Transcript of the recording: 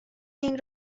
این